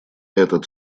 этот